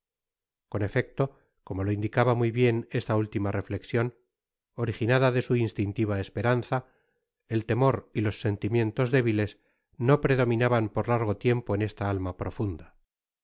con efecto como lo indicaba muy bien esta última reflexion originada de su instintiva esperanza el temor y los sentimientos débiles no predominaban por largo tiempo en esta alma profunda